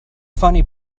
funny